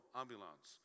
ambulance